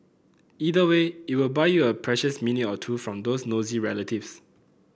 either way it will buy you a precious minute or two from those nosy relatives